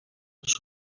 słońce